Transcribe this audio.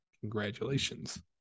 Congratulations